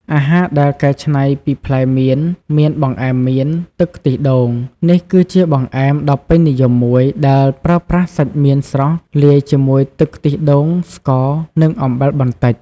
អាហារដែលកែច្នៃពីផ្លែមៀនមាន បង្អែមមៀនទឹកខ្ទិះដូង នេះគឺជាបង្អែមដ៏ពេញនិយមមួយដែលប្រើប្រាស់សាច់មៀនស្រស់លាយជាមួយទឹកខ្ទិះដូង ស្ករ និងអំបិលបន្តិច។